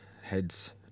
heads